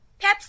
Pepsi